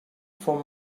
from